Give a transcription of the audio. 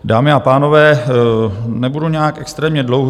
Dámy a pánové, nebudu nějak extrémně dlouhý.